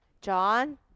John